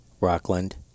Rockland